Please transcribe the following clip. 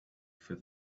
for